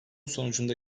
sonucunda